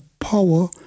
power